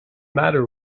matter